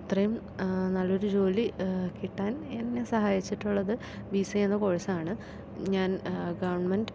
ഇത്രയും നല്ലൊരു ജോലി കിട്ടാൻ എന്നെ സഹായിച്ചിട്ടുള്ളത് ബി സി എ എന്ന കോഴ്സാണ് ഞാൻ ഗവൺമെൻ്റ്